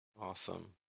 Awesome